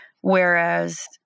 whereas